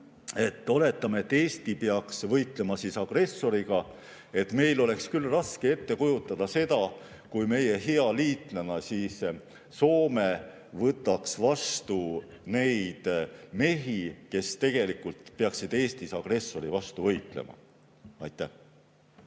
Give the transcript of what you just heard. oletame, et Eesti peaks võitlema agressoriga, siis meil oleks küll raske ette kujutada seda, et meie hea liitlane Soome võtaks vastu neid mehi, kes tegelikult peaksid Eestis agressori vastu võitlema. Paul